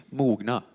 mogna